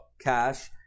cash